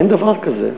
אין דבר כזה.